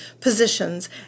positions